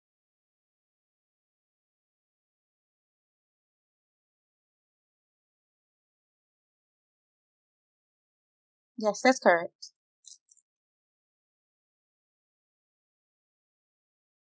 yes that's correct